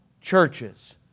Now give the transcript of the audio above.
churches